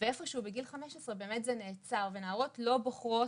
ואיפה שהוא בגיל 15 באמת זה נעצר ונערות לא בוחרות